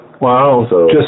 Wow